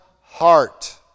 heart